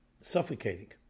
suffocating